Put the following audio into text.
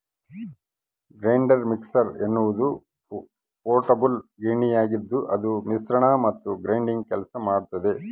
grinder mixer ಎನ್ನುವುದು portable ಗಿರಣಿಯಾಗಿದ್ದುಅದು ಮಿಶ್ರಣ ಮತ್ತು ಗ್ರೈಂಡಿಂಗ್ ಕೆಲಸ ಮಾಡ್ತದ